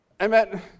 Amen